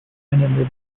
and